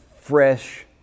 fresh